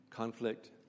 Conflict